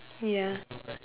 ya